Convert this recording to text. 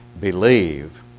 believe